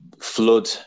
flood